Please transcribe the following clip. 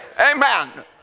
Amen